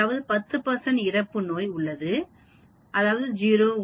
அதாவது 10 இறப்பு நோய் உள்ளது அதாவது 0